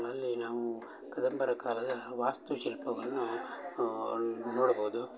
ಅಲ್ಲಿ ನಾವೂ ಕದಂಬರ ಕಾಲದ ವಾಸ್ತುಶಿಲ್ಪವನ್ನು ನೋಡಬೌದು